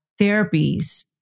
therapies